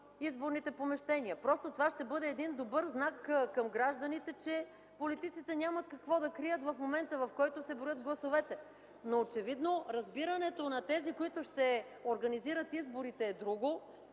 изборните помещения. Това ще бъде един добър знак към гражданите, че политиците нямат какво да крият в момента, в който се броят гласовете. Очевидно разбирането на тези, които ще организират изборите е друго.